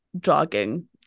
jogging